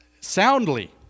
soundly